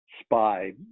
spy